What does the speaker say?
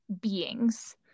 beings